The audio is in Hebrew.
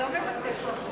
זה לא מבטל את החוק.